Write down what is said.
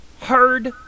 heard